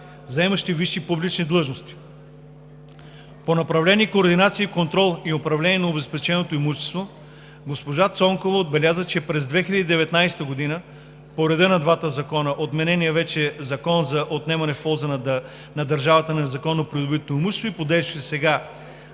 заемащи висши публични длъжности. По направление „Координация и контрол“ и „Управление на обезпеченото имущество“ госпожа Цонкова отбеляза, че общо през 2019 г., по реда на двата закона – отменения вече Закон за отнемане в полза на държавата на незаконно придобитото имущество и по действащия сега